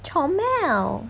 comel